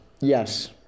Yes